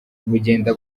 bugenda